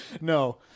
no